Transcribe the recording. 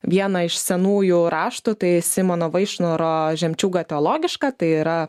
vieną iš senųjų raštų tai simono vaišnoro žemčiūga teologiška tai yra